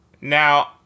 Now